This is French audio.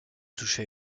toucher